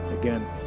again